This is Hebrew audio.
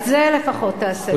את זה לפחות תעשה.